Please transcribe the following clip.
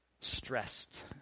stressed